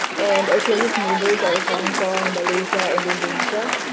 and our closest neighbors are honk kong, malaysia, and indonesia.